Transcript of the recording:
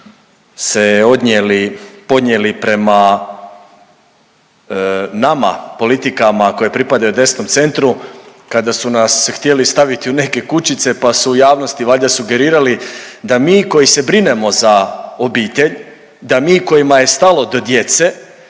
su se ponijeli prema nama politikama koje pripadaju desnom centru kada su nas htjeli staviti u neke kućice pa su u javnosti valjda sugerirali da mi koji se brinemo za obitelj, da mi kojima je stalo do djece,